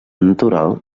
natural